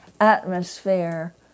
atmosphere